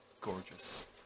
Gorgeous